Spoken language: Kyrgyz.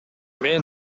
мен